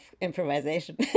improvisation